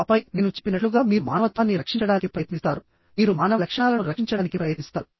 ఆపై నేను చెప్పినట్లుగా మీరు మానవత్వాన్ని రక్షించడానికి ప్రయత్నిస్తారు మీరు మానవ లక్షణాలను రక్షించడానికి ప్రయత్నిస్తారు